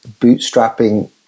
bootstrapping